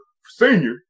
senior